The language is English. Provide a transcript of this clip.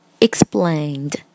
explained